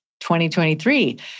2023